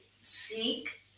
Seek